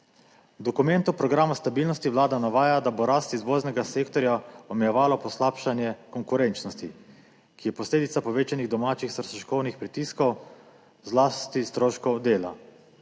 dokumentu Program stabilnosti Vlada navaja, da bo rast izvoznega sektorja omejevalo poslabšanje konkurenčnosti, ki je posledica povečanih domačih stroškovnih pritiskov, zlasti stroškov dela.